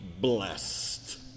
blessed